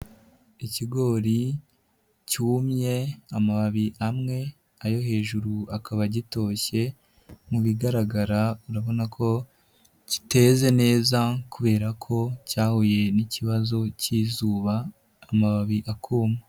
Ikigori cyumye amababi amwe ayo hejuru akaba agitoshye mu bigaragara urabona ko kiteze neza kubera ko cyahuye n'ikibazo k'izuba amababi akuma.